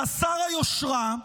חסר היושרה,